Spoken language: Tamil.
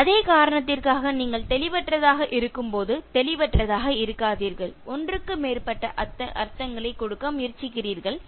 அதே காரணத்திற்காக நீங்கள் தெளிவற்றதாக இருக்கும்போது தெளிவற்றதாக இருக்காதீர்கள் ஒன்றுக்கு மேற்பட்ட அர்த்தங்களை கொடுக்க முயற்சிக்கிறீர்கள்